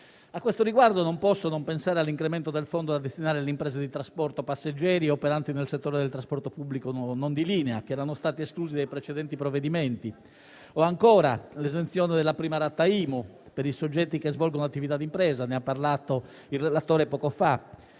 A questo riguardo, non posso non pensare all'incremento del fondo da destinare alle imprese di trasporto passeggeri operanti nel settore del trasporto pubblico non di linea, che erano state escluse dai precedenti provvedimenti; o, ancora, all'esenzione della prima rata IMU per i soggetti che svolgono attività di impresa, di cui ha parlato il relatore poco fa;